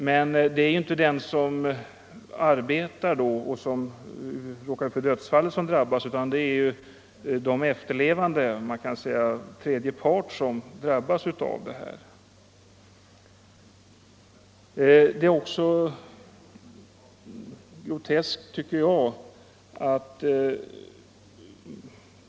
Men det är ju inte arbetaren — alltså han som råkar ut för dödsfallet — som drabbas av den ekonomiska förlusten, utan det är hans efterlevande. Man kan alltså säga att det är tredje part som drabbas.